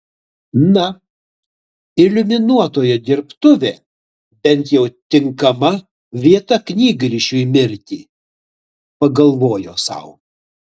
na iliuminuotojo dirbtuvė bent jau tinkama vieta knygrišiui mirti pagalvojo sau